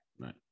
right